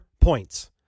points